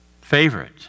favorite